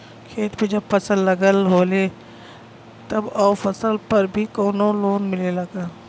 खेत में जब फसल लगल होले तब ओ फसल पर भी कौनो लोन मिलेला का?